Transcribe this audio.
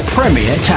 Premier